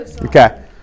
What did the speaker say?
Okay